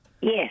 Yes